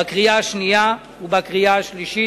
בקריאה השנייה ובקריאה השלישית.